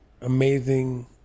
Amazing